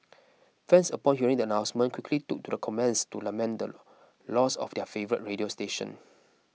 fans upon hearing the announcement quickly took to the comments to lament the loss of their favourite radio station